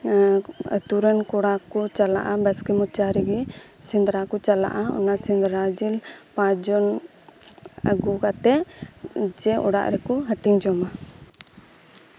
ᱟᱹᱛᱩ ᱨᱮᱱ ᱠᱚ ᱪᱟᱞᱟᱜᱼᱟ ᱵᱟᱥᱠᱮ ᱢᱚᱪᱟ ᱨᱮᱜᱮ ᱥᱮᱸᱫᱽᱨᱟ ᱠᱚ ᱪᱟᱞᱟᱜᱼᱟ ᱚᱱᱟ ᱥᱮᱸᱫᱽᱨᱟ ᱨᱮᱜᱮ ᱯᱟᱸᱪ ᱡᱚᱱ ᱟᱹᱜᱩ ᱠᱟᱛᱮᱜ ᱚᱲᱟᱜ ᱨᱮᱠᱚ ᱦᱟᱹᱴᱤᱧ ᱡᱚᱝᱼᱟ